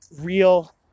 real